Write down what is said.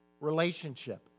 Relationship